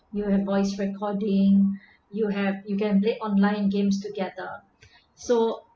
you have voice recording you have you can play online games together so